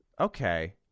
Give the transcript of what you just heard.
Okay